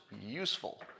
useful